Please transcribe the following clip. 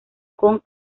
con